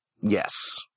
Yes